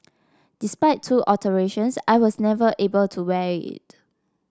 despite two alterations I was never able to wear it